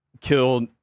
killed